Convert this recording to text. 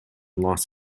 los